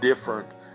Different